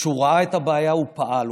כשהוא ראה את הבעיה הוא פעל.